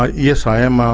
ah yes, i am, ah